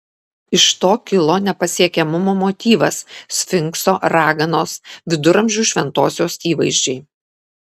iš to kilo nepasiekiamumo motyvas sfinkso raganos viduramžių šventosios įvaizdžiai